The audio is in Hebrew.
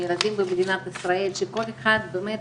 ילדים במדינת ישראל שכל אחד באמת